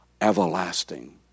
everlasting